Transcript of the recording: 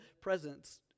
presence